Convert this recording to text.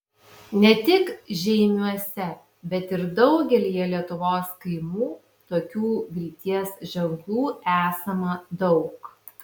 ne tik žeimiuose bet ir daugelyje lietuvos kaimų tokių vilties ženklų esama daug